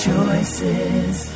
Choices